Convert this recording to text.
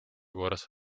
korras